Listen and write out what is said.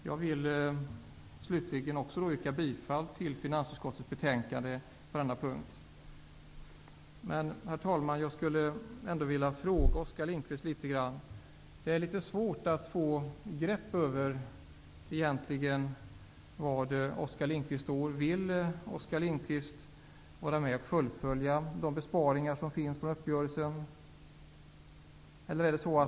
Jag vill slutligen yrka bifall till hemställan i finansutskottets betänkande på denna punkt. Herr talman! Jag skulle vilja fråga Oskar Lindkvist följande. Det är litet svårt att få grepp om var Oskar Lindkvist egentligen står. Vill Oskar Lindkvist vara med och fullfölja de besparingar som ingick i uppgörelsen?